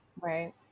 Right